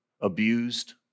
abused